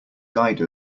guide